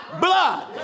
blood